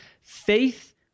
faith